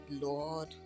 lord